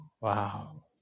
wow